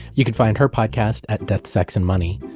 you can find her podcast at death, sex, and money.